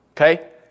Okay